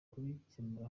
kubikemura